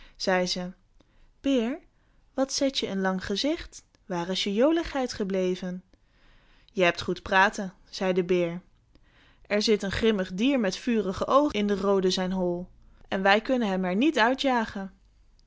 zei ze beer wat zet je een lang gezicht waar is je joligheid gebleven je hebt goed praten zei de beer er zit een grimmig dier met vurige oogen in den roode zijn hol en wij kunnen hem er niet uit jagen